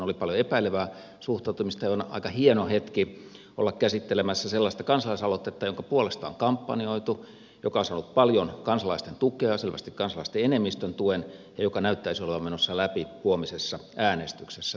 oli paljon epäilevää suhtautumista ja on aika hieno hetki olla käsittelemässä sellaista kansalaisaloitetta jonka puolesta on kampanjoitu joka on saanut paljon kansalaisten tukea selvästi kansalaisten enemmistön tuen ja joka näyttäisi olevan menossa läpi huomisessa äänestyksessä